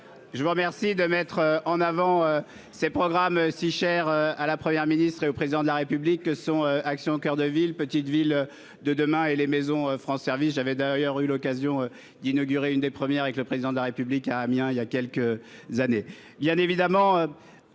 Je vous remercie de mettre en avant ces programmes si chers à la Première ministre et au Président de la République que sont Action coeur de ville, Petites Villes de demain et les maisons France Services. J'avais d'ailleurs eu l'occasion d'inaugurer l'une des premières maisons de ce type avec le Président de la République, à Amiens, il y a quelques années. Les programmes